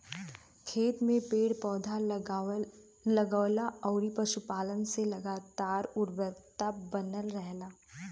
खेत में पेड़ पौधा, लगवला अउरी पशुपालन से लगातार उर्वरता बनल रहेला